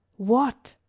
what!